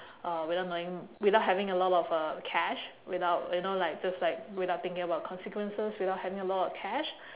uh without knowing without having a lot of uh cash without you know like just like without thinking about consequences without having a lot of cash